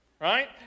right